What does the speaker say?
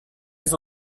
les